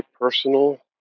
personal